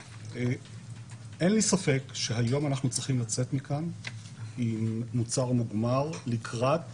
אין לי ספק שהיום אנחנו צריכים לצאת מכאן עם מוצר מוגמר לקראת